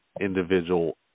individual